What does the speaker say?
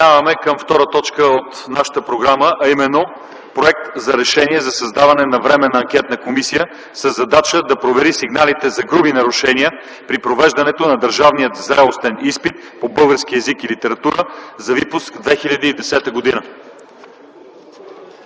провеждането на държавния зрелостен изпит по български език и литература за випуск 2010 г.